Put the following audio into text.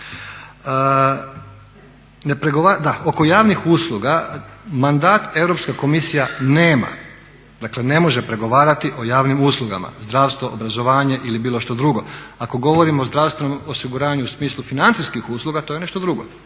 Oko javnih usluga. Mandat Europska komisija nema, dakle ne može pregovarati o javnim uslugama, zdravstvo, obrazovanje ili bilo što drugo. Ako govorimo o zdravstvenom osiguranju u smislu financijskih usluga to je nešto drugo,